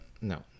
No